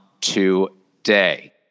today